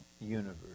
universe